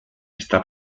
está